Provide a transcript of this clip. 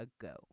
ago